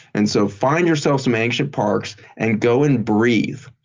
and so find yourself some ancient parks and go and breathe.